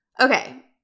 Okay